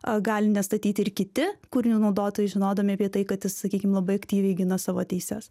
ar gali nestatyti ir kiti kūrinio naudotojai žinodami apie tai kad jis sakykim labai aktyviai gina savo teises